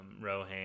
rohan